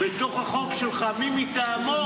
בתוך החוק שלך, "מי מטעמו"